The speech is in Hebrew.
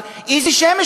אבל איזה שמש,